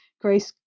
grace